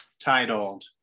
titled